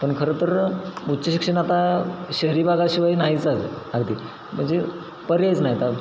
पण खरं तर उच्च शिक्षण आता शहरी भागाशिवाय नाहीच झालं आहे अगदी म्हणजे पर्यायच नाही आता